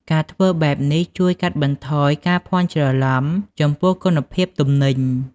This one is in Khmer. ការធ្វើបែបនេះបានជួយកាត់បន្ថយការភ័ន្តច្រឡំចំពោះគុណភាពទំនិញ។